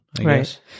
Right